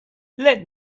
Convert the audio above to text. let